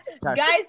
Guys